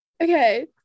Okay